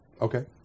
Okay